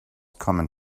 coming